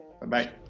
Bye-bye